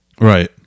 Right